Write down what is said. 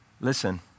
listen